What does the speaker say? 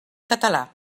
català